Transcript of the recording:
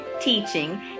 teaching